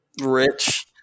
Rich